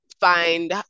find